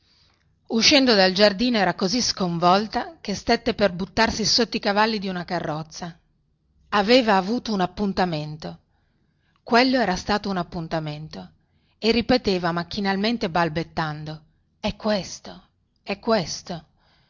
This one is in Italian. uscendo dal giardino era così sconvolta che stette per buttarsi sotto i cavalli di una carrozza aveva avuto un appuntamento quello era stato un appuntamento e ripeteva macchinalmente balbettando è questo è questo